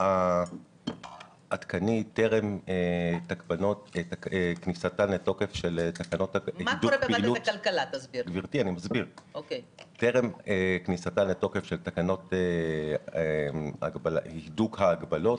טרם כניסתן לתוקף של תקנות הידוק ההגבלות,